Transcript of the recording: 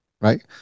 right